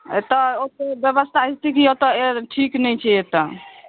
एतय ओतेक व्यवस्था स्थिति ओतेक ठीक नहि छै एतय